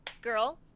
girl